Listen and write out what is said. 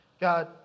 God